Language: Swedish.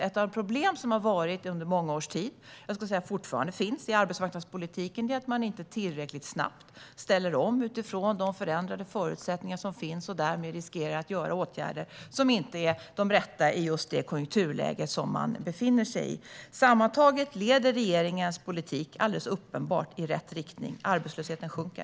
Ett problem som har funnits under många års tid och, skulle jag säga, fortfarande finns i arbetsmarknadspolitiken är att man inte tillräckligt snabbt ställer om utifrån de förändrade förutsättningar som finns och därmed riskerar att vidta åtgärder som inte är de rätta i just det konjunkturläge man befinner sig i. Sammantaget leder regeringens politik alldeles uppenbart i rätt riktning. Arbetslösheten sjunker.